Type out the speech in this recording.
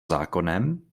zákonem